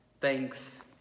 Thanks